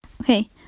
Okay